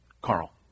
Carl